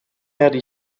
werde